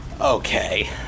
okay